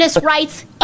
rights